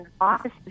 office